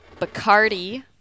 Bacardi